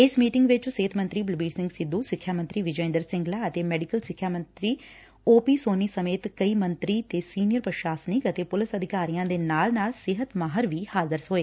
ਇਸ ਮੀਟਿੰਗ ਵਿੱਚ ਸਿਹਤ ਮੰਤਰੈ ਬਲਬੀਰ ਸਿੰਘ ਸਿੱਧੁ ਸਿੱਖਿਆ ਮੰਤਰੀ ਵਿਜੇ ਇੰਦਰ ਸਿੰਗਲਾ ਅਤੇ ਮੈਡੀਕਲ ਸਿੱਖਿਆ ਮੰਤਰੀ ਓਪੀ ਸੋਨੀ ਸਮੇਤ ਕਈ ਮੰਤਰੀ ਤੇ ਸੀਨੀਅਰ ਪ੍ਰਸ਼ਾਸਨਿਕ ਅਤੇ ਪੁਲਿਸ ਅਧਿਕਾਰੀਆਂ ਦੇ ਨਾਲ ਨਾਲ ਸਿਹਤ ਮਾਹਿਰ ਵੀ ਸ਼ਾਮਲ ਹੋਏ